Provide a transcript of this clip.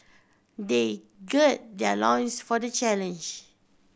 they gird their loins for the challenge